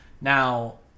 Now